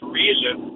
reason